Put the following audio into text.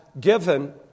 given